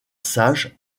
sage